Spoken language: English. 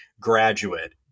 graduate